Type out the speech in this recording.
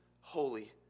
holy